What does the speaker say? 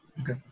Okay